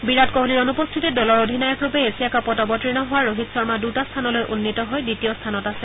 বিৰাট কোহলীৰ অনুপস্থিতিত দলৰ অধিনায়কৰূপে এছিয়া কাপত অৱতীৰ্ণ হোৱা ৰোহিত শৰ্মা দুটা স্থানলৈ উন্নীত হৈ দ্বিতীয় স্থানত আছে